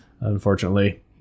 unfortunately